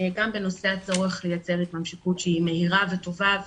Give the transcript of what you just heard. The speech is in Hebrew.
גם בנושא הצורך לייצר התממשקות שהיא מהירה וטובה,